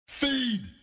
Feed